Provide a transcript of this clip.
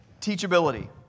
Teachability